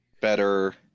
better